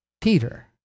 Peter